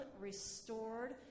restored